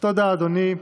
תודה, אדוני.